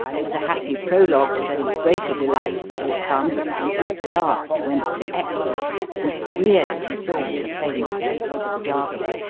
as a happy prologue to those greater delights that would come when he at last went to epsom and really saw the famous race for the derby.